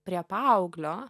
prie paauglio